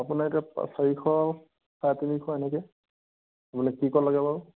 আপোনাৰ এতিয়া চাৰিশ চাৰে তিনিশ এনেকৈ আপোনাক কি কল লাগে বাৰু